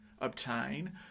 obtain